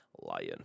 Lion